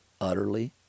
utterly